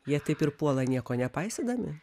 jie taip ir puola nieko nepaisydami